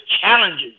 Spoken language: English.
challenges